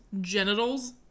genitals